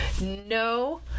no